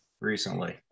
recently